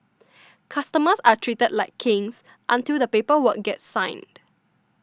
customers are treated like kings until the paper work gets signed